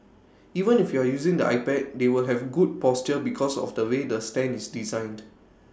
even if you're using the iPad they will have good posture because of the way the stand is designed